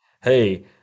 hey